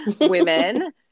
women